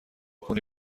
کنی